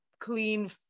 clean